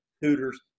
Hooters